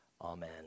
Amen